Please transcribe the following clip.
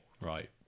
right